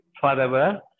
forever